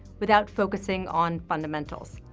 without focusing on fundamentals.